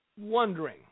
wondering